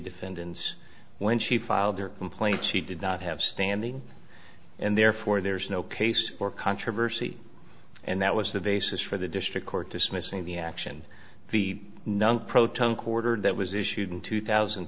defendants when she filed their complaint she did not have standing and therefore there is no case or controversy and that was the basis for the district court dismissing the action the nunc proton corder that was issued in two thousand